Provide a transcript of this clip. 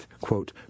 quote